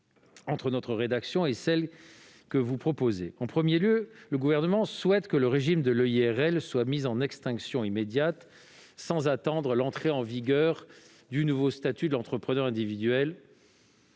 entre notre rédaction et celle que vous proposez. Premièrement, le Gouvernement souhaite que le régime de l'EIRL soit mis en extinction immédiate, sans attendre l'entrée en vigueur du nouveau statut de l'entrepreneur individuel.